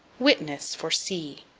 witness for see.